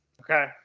okay